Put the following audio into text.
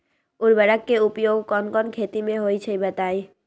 उर्वरक के उपयोग कौन कौन खेती मे होई छई बताई?